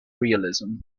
realism